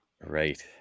Right